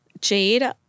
Jade